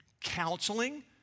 counseling